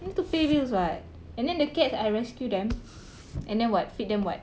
need to pay bills [what] and then the cats I rescue them and then [what] feed them [what]